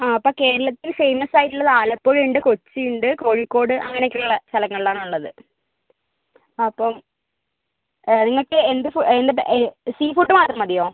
ആ അപ്പം കേരളത്തിൽ ഫേമസ് ആയിട്ടുള്ളത് ആലപ്പുഴയുണ്ട് കൊച്ചിയുണ്ട് കോഴിക്കോട് അങ്ങനെയൊക്കെയുള്ള സ്ഥലങ്ങളിലാണ് ഉള്ളത് ആ അപ്പം നിങ്ങൾക്ക് എന്ത് ഫു എ സീ ഫുഡ് മാത്രം മതിയോ